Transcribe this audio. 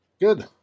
Good